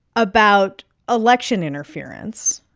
about election interference.